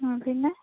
പിന്നെ